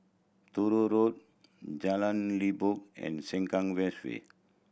Road Jalan Limbok and Sengkang West Way